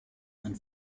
and